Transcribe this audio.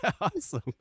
Awesome